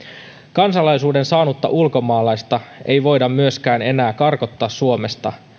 kansalaisuuden saanutta ulkomaalaista ei voida myöskään enää karkottaa suomesta